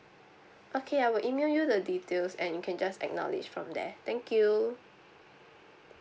okay I will email you the details and you can just acknowledge from there thank you